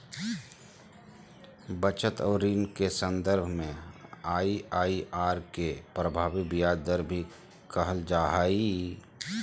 बचत और ऋण के सन्दर्भ में आइ.आइ.आर के प्रभावी ब्याज दर भी कहल जा हइ